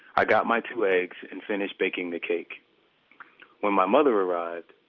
i got my two eggs and finished baking the cake when my mother arrived,